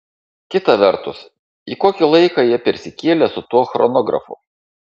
kita vertus į kokį laiką jie persikėlė su tuo chronografu